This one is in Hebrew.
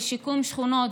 של שיקום שכונות,